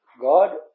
God